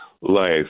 life